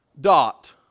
dot